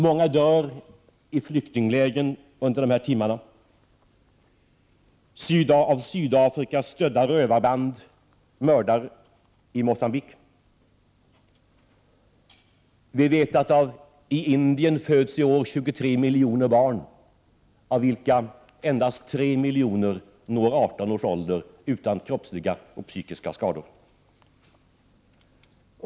Många dör i flyktinglägren under de här timmarna. Av Sydafrika stödda rövarband Prot. 1988/89:99 mördar i Mogambique. Vi vet att i Indien föds i år 23 miljoner barn, av vilka 19 april 1989 endast 3 miljoner når 18 års ålder utan kroppsliga och psykiska skador.